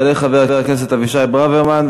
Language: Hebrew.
יעלה חבר הכנסת אבישי ברוורמן,